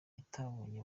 itabonye